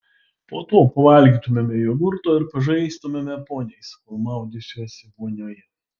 po to pavalgytumėme jogurto ir pažaistumėme poniais kol maudysiuosi vonioje